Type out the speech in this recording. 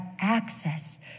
access